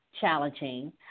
challenging